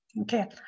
Okay